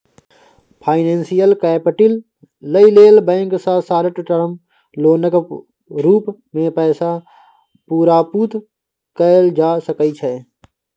financial capital लइ लेल bank सँ शार्ट टर्म लोनक रूप मे पैसा प्राप्त कएल जा सकइ छै